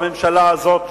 בממשלה הזאת,